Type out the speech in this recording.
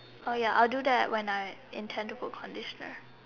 ya I will do that when I intent to put conditioner